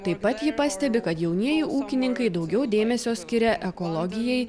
taip pat ji pastebi kad jaunieji ūkininkai daugiau dėmesio skiria ekologijai